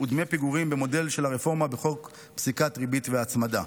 ודמי פיגורים במודל של הרפורמה בחוק פסיקת ריבית והצמדה.